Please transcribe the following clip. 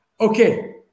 Okay